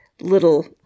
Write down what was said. little